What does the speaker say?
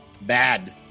bad